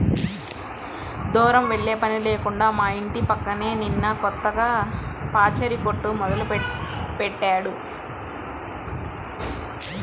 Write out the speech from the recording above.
దూరం వెళ్ళే పని లేకుండా మా ఇంటి పక్కనే నిన్న కొత్తగా పచారీ కొట్టు మొదలుబెట్టారు